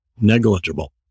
negligible